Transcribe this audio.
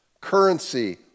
currency